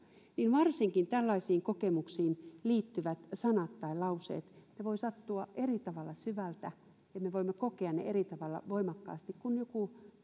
niin varsinkin tällaisiin kokemuksiin liittyvät sanat tai lauseet voivat sattua eri tavalla syvältä ja ja me voimme kokea ne eri tavalla voimakkaasti kuin joku